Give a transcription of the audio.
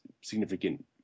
significant